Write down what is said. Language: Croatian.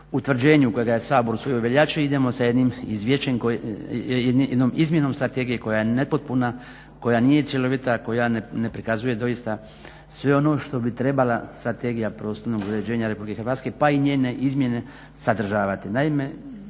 utvrđenju kojega je Sabor usvojio u veljači idemo sa jednim izvješćem, jednom izmjenom strategije koja je nepotpuna, koja nije cjelovita, koja ne prikazuje doista sve ono što bi trebala strategija prostornog uređenja Republike Hrvatske pa i njene izmjene sadržavati.